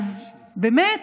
אז באמת